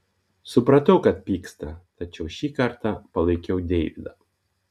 supratau kad pyksta tačiau šį kartą palaikiau deividą